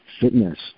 fitness